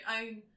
own